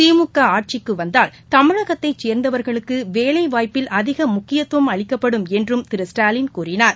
திமுகஆட்சிக்குவந்தால் தமிழகத்தைச் சேர்ந்தவர்களுக்குவேலைவாய்ப்பில் அதிகமுக்கியத்தும் அளிக்கப்படும் திரு ஸ்டாலின் கூறினார்